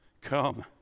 Come